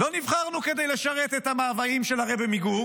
לא נבחרנו כדי לשרת את המאוויים של הרבי מגור.